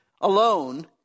alone